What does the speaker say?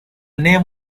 name